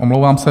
Omlouvám se.